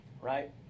right